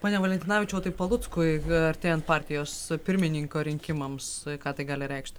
pone valentinavičiau tai paluckui artėjant partijos pirmininko rinkimams ką tai gali reikšti